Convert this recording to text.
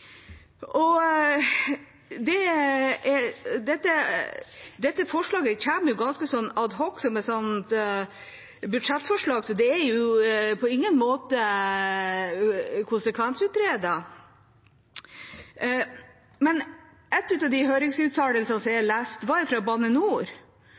er mot nullutslippsbiler. Dette forslaget kommer ganske ad hoc som et budsjettforslag. Det er på ingen måte konsekvensutredet. En av høringsuttalelsene jeg har